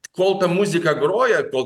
kol ta muzika groja kol